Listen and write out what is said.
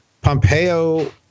Pompeo